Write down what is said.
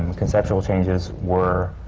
conceptual changes were